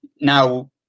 now